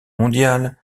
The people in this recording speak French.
mondiale